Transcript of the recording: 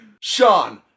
Sean